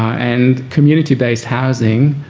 and community-based housing,